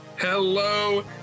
Hello